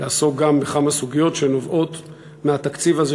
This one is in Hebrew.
לעסוק גם בכמה סוגיות שנובעות מהתקציב הזה,